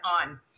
on